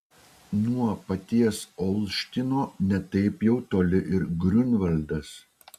nuo paties olštyno ne taip jau toli ir griunvaldas